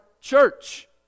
church